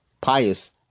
pious